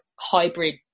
hybrid